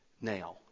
now